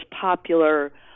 popular